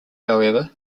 however